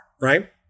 right